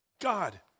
God